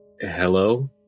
Hello